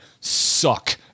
suck